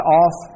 off